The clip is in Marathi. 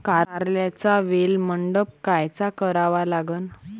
कारल्याचा वेल मंडप कायचा करावा लागन?